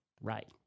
Right